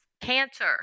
cancer